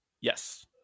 Yes